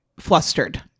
flustered